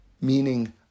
Meaning